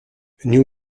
new